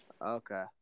Okay